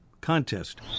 contest